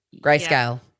grayscale